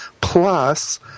plus